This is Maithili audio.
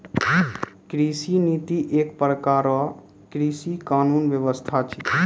कृषि नीति एक प्रकार रो कृषि कानून व्यबस्था छिकै